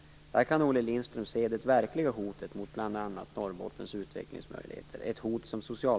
Där kan Olle Lindström se det verkliga hotet mot bl.a. Norrbottens utvecklingsmöjligheter.